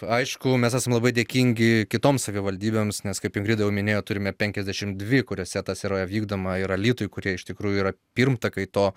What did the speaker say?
aišku mes esam labai dėkingi kitoms savivaldybėms nes kaip ingrida jau minėjo turime penkiasdešimt dvi kuriose tas yra vykdoma ir alytui kurie iš tikrųjų yra pirmtakai to